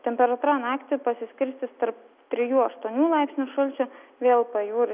temperatūra naktį pasiskirstys tarp trijų aštuonių laipsnių šalčio vėl pajūry